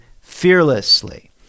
fearlessly